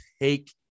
take